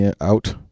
out